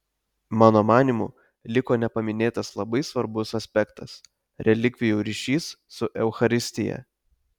mano manymu liko nepaminėtas labai svarbus aspektas relikvijų ryšys su eucharistija